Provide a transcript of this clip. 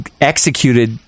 executed